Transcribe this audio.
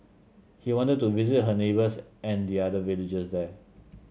he wanted to visit her neighbours and the other villagers there